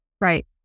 Right